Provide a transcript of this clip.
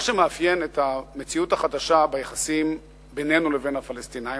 מה שמאפיין את המציאות החדשה ביחסים בינינו לבין הפלסטינים,